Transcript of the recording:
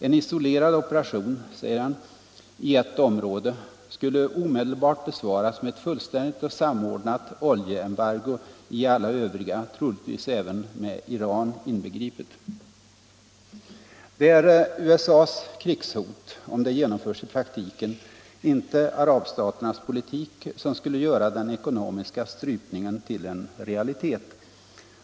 ”En isolerad operation i ett område”, säger han, ”skulle omedelbart besvaras med ett fullständigt och samordnat oljeembargo i alla övriga — troligtvis även med Iran inbegripet.” Det är USA:s krigshot, om det genomförs i praktiken, inte arabstaternas politik, som skulle göra den ekonomiska strypningen till en realitet.